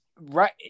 right